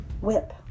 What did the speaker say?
Whip